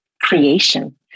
creation